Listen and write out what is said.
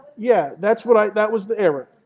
yeah. that's what that was the error.